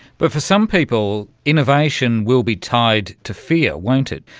but for some people innovation will be tied to fear, won't it,